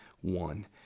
one